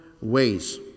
ways